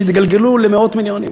שהתגלגלו למאות מיליונים.